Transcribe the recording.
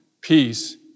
peace